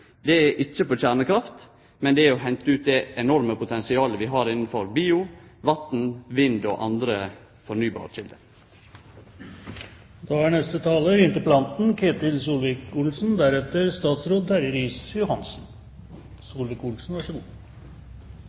Det er ikkje på kjernekraft, men det er å hente ut det enorme potensialet vi har innanfor bio, vatn, vind og andre